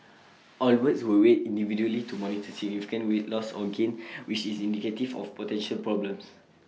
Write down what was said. all birds were weighed individually to monitor significant weight loss or gain which is indicative of potential health problems